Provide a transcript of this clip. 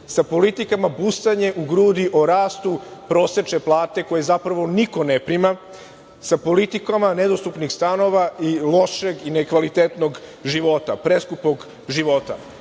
sa politikama busanje u grudi i rastu prosečne plate koju zapravo niko ne prima, sa politikama nedostupnih stanova i lošeg i nekvalitetnog života, preskupog života. Jedino